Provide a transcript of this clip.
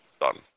Done